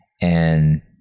And-